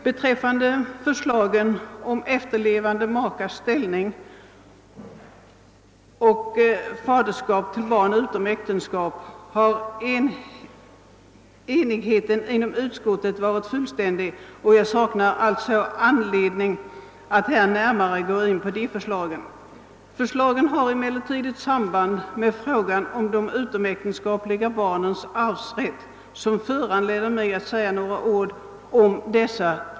Beträffande förslagen om efterlevande makes ställning och om fastställande av faderskap till barn utom äktenskap har enigheten inom utskottet varit fullständig, och jag saknar alltså anledning att närmare gå in på de förslagen. Förslagen har emellertid ett samband med frågan om de utomäktenskapliga bar nens arvsrätt, något som föranleder mig att säga några ord om dem.